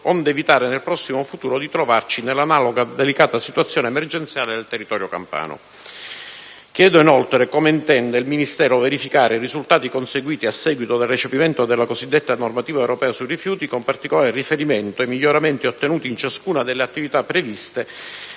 onde evitare nel prossimo futuro di trovarci nell'analoga, delicata, situazione emergenziale del territorio campano. Chiedo inoltre come intende il Ministero verificare i risultati conseguiti a seguito del recepimento della cosiddetta normativa europea sui rifiuti, con particolare riferimento ai miglioramenti ottenuti in ciascuna delle attività previste